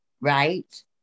right